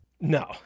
No